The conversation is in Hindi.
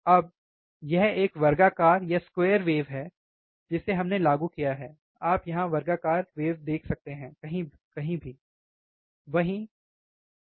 अब यह एक वर्गाकार लहर है जिसे हमने लागू किया है आप यहाँ वर्गाकार लहर देख सकते हैं कहीं भी वहीं और 25 किलोहर्ट्ज़ है